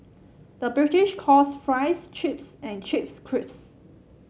the British calls fries chips and chips crisps